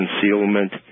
concealment